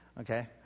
Okay